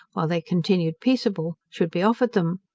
while they continued peaceable, should be offered them.